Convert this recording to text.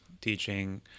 teaching